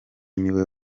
niwe